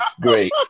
Great